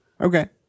Okay